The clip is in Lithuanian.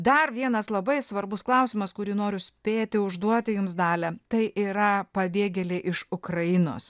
dar vienas labai svarbus klausimas kurį noriu spėti užduoti jums dalia tai yra pabėgėliai iš ukrainos